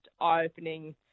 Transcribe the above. eye-opening